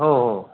हो हो